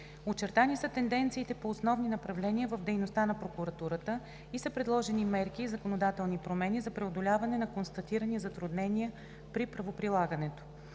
Очертани са тенденциите по основни направления в дейността на Прокуратурата и са предложени мерки и законодателни промени за преодоляване на констатирани затруднения при правоприлагането.